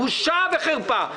בושה וחרפה.